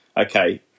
Okay